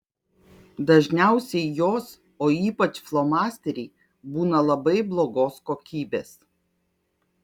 dažniausiai jos o ypač flomasteriai būna labai blogos kokybės